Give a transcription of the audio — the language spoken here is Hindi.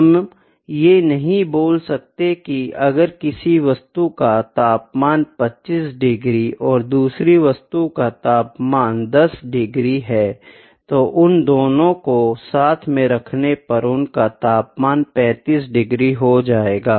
हमे ये नहीं बोल सकते की अगर किसी वस्तु का तापमान 25 डिग्री और दूसरी वस्तु का तापमान 10 डिग्री है तो उन दोनों को साथ में रखने पर उनका तापमान 35 डिग्री हो जायेगा